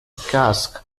cask